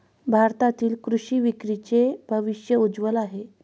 भारतातील कृषी विक्रीचे भविष्य उज्ज्वल आहे